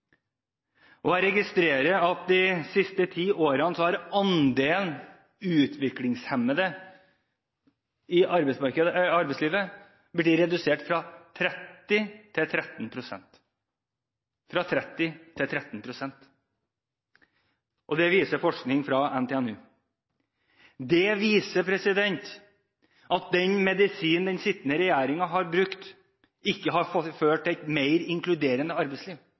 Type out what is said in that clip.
Jeg registrerer at de siste ti årene har andelen utviklingshemmede i arbeidslivet blitt redusert fra 30 pst. til 13 pst. – fra 30 pst. til 13 pst. Det viser forskning fra NTNU. Det viser at medisinen som den sittende regjeringen har brukt, ikke har ført til et mer inkluderende arbeidsliv